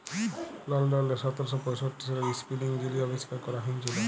লল্ডলে সতের শ পঁয়ষট্টি সালে ইস্পিলিং যিলি আবিষ্কার ক্যরা হঁইয়েছিল